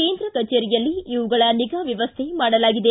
ಕೇಂದ್ರ ಕಚೇರಿಯಲ್ಲಿ ಇವುಗಳ ನಿಗಾ ವ್ಯವಸ್ಥೆ ಮಾಡಲಾಗಿದೆ